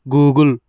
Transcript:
Google